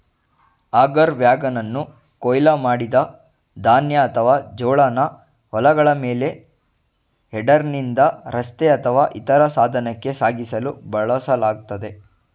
auger ವ್ಯಾಗನನ್ನು ಕೊಯ್ಲು ಮಾಡಿದ ಧಾನ್ಯ ಅಥವಾ ಜೋಳನ ಹೊಲಗಳ ಮೇಲೆ ಹೆಡರ್ನಿಂದ ರಸ್ತೆ ಅಥವಾ ಇತರ ಸಾಧನಕ್ಕೆ ಸಾಗಿಸಲು ಬಳಸಲಾಗ್ತದೆ